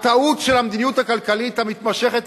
הטעות של המדיניות הכלכלית המתמשכת,